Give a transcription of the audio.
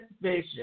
vision